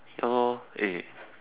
ya lor eh